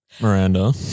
Miranda